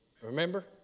Remember